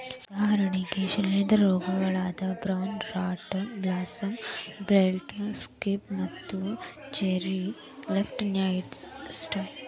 ಉದಾಹರಣೆಗೆ ಶಿಲೇಂಧ್ರ ರೋಗಗಳಾದ brown rot blossom blight, scab ಮತ್ತು ಚೆರ್ರಿ ಲೇಫ್ ಸ್ಪಾಟ್